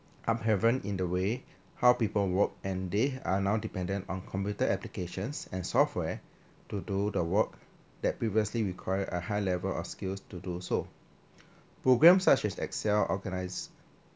upheaval in the way how people work and they are now dependent on computer applications and software to do the work that previously required a high level of skills to do so programmes such as excel organis~